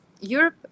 Europe